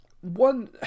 one